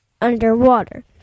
underwater